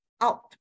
out